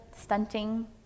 stunting